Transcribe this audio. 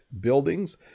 buildings